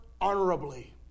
honorably